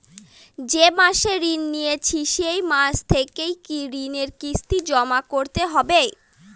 যে মাসে ঋণ নিয়েছি সেই মাস থেকেই কি ঋণের কিস্তি জমা করতে হবে?